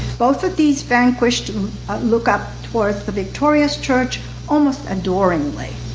both of these vanquished look up towards the victorious church almost adoringly.